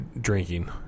drinking